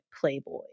Playboy